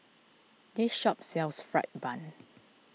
this shop sells Fried Bun